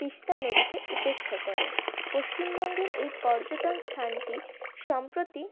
তিস্তা নদীকে উপেক্ষা করে পশ্চিমবঙ্গের এই পর্যটন স্থানটি সম্প্রতি